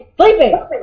Sleeping